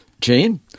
Jane